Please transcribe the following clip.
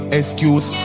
excuse